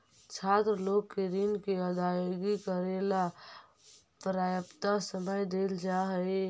छात्र लोग के ऋण के अदायगी करेला पर्याप्त समय देल जा हई